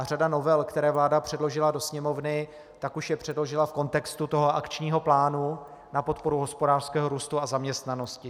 Řadu novel, které vláda předložila do Sněmovny, už předložila v kontextu toho Akčního plánu na podporu hospodářského růstu a zaměstnanosti.